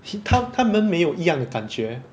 he 他他们没有一样的感觉